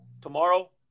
tomorrow